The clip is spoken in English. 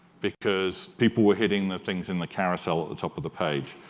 because people were hitting the things in the carousel at the top of the page.